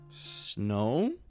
Snow